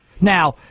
Now